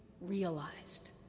realized